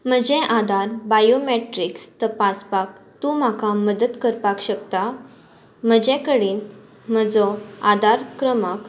म्हजें आदार बायोमेट्रिक्स तपासपाक तूं म्हाका मदत करपाक शकता म्हजे कडेन म्हजो आदार क्रमांक